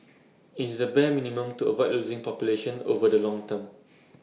IT is the bare minimum to avoid losing population over the long term